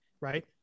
right